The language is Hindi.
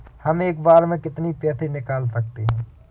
हम एक बार में कितनी पैसे निकाल सकते हैं?